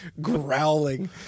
growling